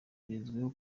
bizwiho